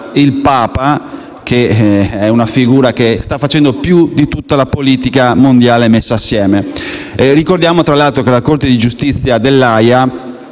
il Papa è una figura che sta facendo più di tutta la politica mondiale messa insieme. Ricordiamo, tra l'altro, che la Corte di giustizia dell'Aja